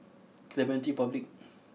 Clementi Public